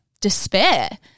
despair